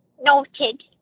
Noted